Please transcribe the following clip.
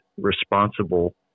responsible